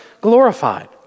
glorified